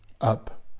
up